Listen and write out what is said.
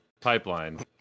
pipeline